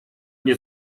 nie